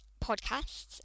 podcasts